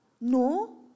No